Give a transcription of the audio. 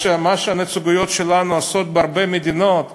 מה שהנציגויות שלנו עושות בהרבה מדינות,